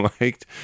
liked